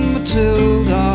Matilda